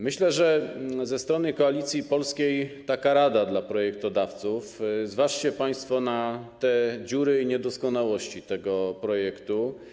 Myślę, że ze strony Koalicji Polskiej jest taka rada dla projektodawców: zważcie państwo na te dziury i niedoskonałości tego projektu.